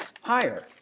higher